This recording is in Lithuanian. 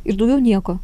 ir daugiau nieko